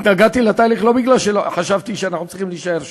התנגדתי לתהליך לא כי חשבתי שאנחנו צריכים להישאר שם,